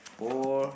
four